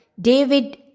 David